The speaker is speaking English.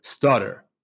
stutter